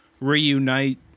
reunite